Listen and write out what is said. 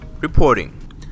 reporting